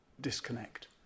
disconnect